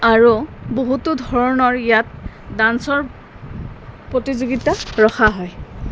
আৰু বহুতো ধৰণৰ ইয়াত ডান্সৰ প্ৰতিযোগিতা ৰখা হয়